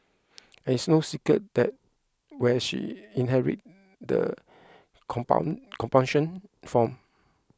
and it's no secret that where she inherit that compound compunction from